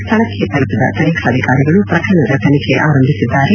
ಸ್ಲಳಕ್ಕೆ ತಲುಪಿದ ತನಿಖಾಧಿಕಾರಿಗಳು ಪ್ರಕರಣದ ತನಿಖೆ ಆರಂಭಿಸಿದ್ದಾರೆ